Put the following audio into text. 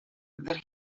that